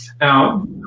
Now